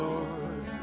Lord